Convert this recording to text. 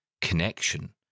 connection